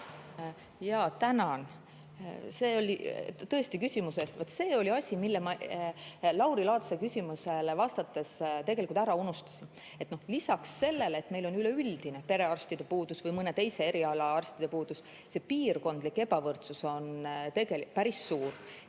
Jaa, tänan! See oli tõesti küsimuse eest. See on asi, mille ma Lauri Laatsi küsimusele vastates tegelikult ära unustasin. Lisaks sellele, et meil on üleüldine perearstide puudus või mõne eriala arstide puudus, see piirkondlik ebavõrdsus on tegelikult päris suur.